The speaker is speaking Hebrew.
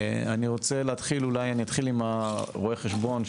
אני רוצה להתחיל עם רואי החשבון,